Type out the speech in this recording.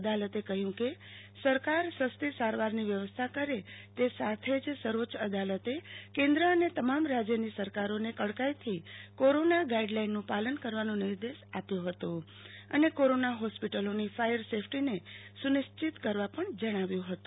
અદાલતે કહ્યું કે સરકાર સસ્તી સારવારની વ્યવસ્થા કરે તે સાથે જે સર્વોચ્ય અદાલતે કેન્દ્ર અને તમામ રાજ્યની સરકારોને કડકાઈથી કોરોના ગાઈડલાઈનનું પાલન કરાવવાનો નિર્દેશ આપ્યો હતો અને કોરોના હોસ્પિટલોની ફાયર સેફ્ટીને સુનિશ્ચિત કરવા પણ જણાવ્યુ હતું